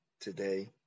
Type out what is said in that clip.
today